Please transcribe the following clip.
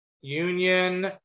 Union